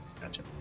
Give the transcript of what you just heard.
gotcha